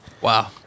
Wow